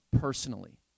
personally